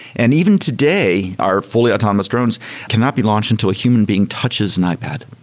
and even today, our fully autonomous drones cannot be launched until a human being touches an ipad.